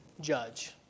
judge